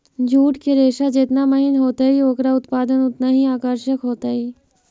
jute के रेशा जेतना महीन होतई, ओकरा उत्पाद उतनऽही आकर्षक होतई